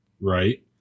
right